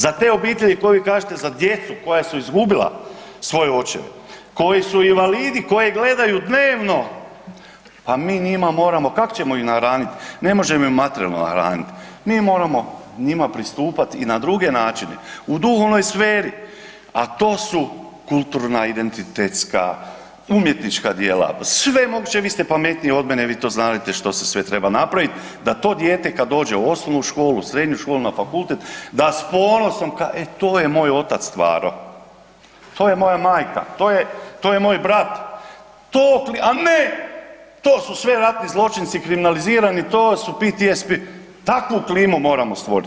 Za te obitelji koje vi kažete, za djecu koja su izgubila svoje očeve, koji su invalidi koje gledaju dnevno, a mi njima moramo, kako ćemo ih nahranit, ne možemo ih materijalno nahraniti, mi moramo njima pristupat i na druge načine u duhovnoj sferi, a to su kulturna identitetska, umjetnička djela, sve moguće vi ste pametniji od mene vi to znadete što se sve treba napraviti da to dijete kad dođe u osnovnu školu, srednju školu, na fakultet da s ponosom kaže e to je moj otac stvarao, to je moja majka, to je moj brat, a ne to su sve ratni zločinci kriminalizirani, to su PTSP, takvu klimu moramo stvoriti.